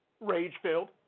rage-filled